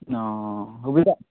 অঁ সুবিধা